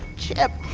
chip.